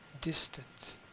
distant